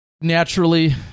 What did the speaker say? Naturally